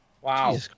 Wow